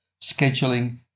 scheduling